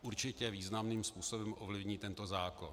Určitě významným způsobem ovlivní tento zákon.